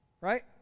Right